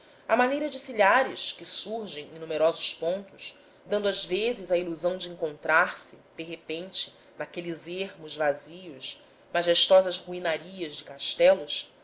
à maneira de silhares que surgem em numerosos pontos dando às vezes a ilusão de encontrar-se de repente naqueles ermos vazios majestosas ruinarias de